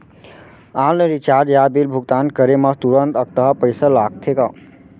Online recharge या bill भुगतान करे मा तुरंत अक्तहा पइसा लागथे का?